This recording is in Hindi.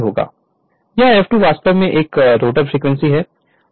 Refer Slide Time 1615 यह F2 वास्तव में यह रोटर फ्रीक्वेंसी है